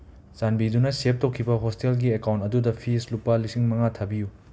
ꯆꯥꯟꯕꯤꯗꯨꯅ ꯁꯦꯞ ꯇꯧꯈꯤꯕ ꯍꯣꯁꯇꯦꯜꯒꯤ ꯑꯦꯀꯥꯎꯟ ꯑꯗꯨꯗ ꯐꯤꯁ ꯂꯨꯄꯥ ꯂꯤꯁꯤꯡ ꯃꯉꯥ ꯊꯥꯕꯤꯌꯨ